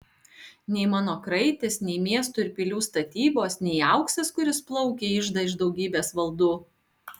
nei mano kraitis nei miestų ir pilių statybos nei auksas kuris plaukia į iždą iš daugybės valdų